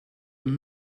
een